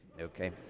okay